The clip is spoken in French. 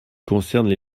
concernent